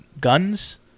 guns